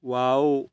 wow